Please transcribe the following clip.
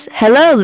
hello